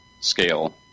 scale